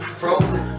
frozen